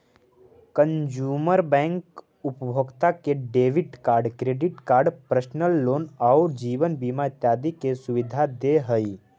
consumer bank उपभोक्ता के debit card, credit card, personal loan आउ जीवन बीमा इत्यादि के सुविधा दे हइ